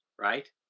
Right